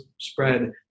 spread